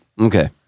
Okay